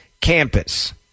campus